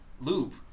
loop